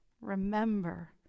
Remember